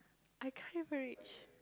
I can't even reach